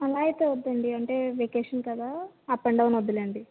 అలా అయితే వద్దండి అంటే వెకేషన్ కదా అప్ అండ్ డౌన్ వద్దులెండి